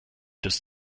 des